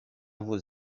vos